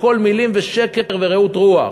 הכול מילים ושקר ורעות רוח.